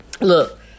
look